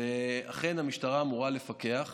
אכן, המשטרה אמורה לפקח,